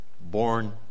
born